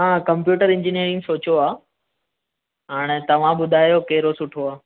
हा computer engineering सोचो आहे हाणे तव्हां ॿुधायो कहिड़ो सुठो आहे